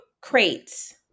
crates